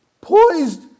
poised